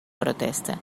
protesta